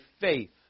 faith